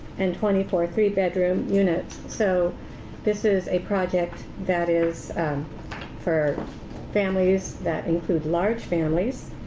and twenty four three bedroom units. so this is a project that is for families that include large families.